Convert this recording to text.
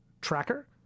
tracker